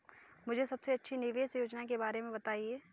मुझे सबसे अच्छी निवेश योजना के बारे में बताएँ?